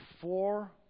four